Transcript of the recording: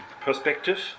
perspective